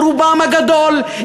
או רובם הגדול,